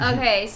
Okay